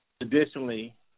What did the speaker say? Additionally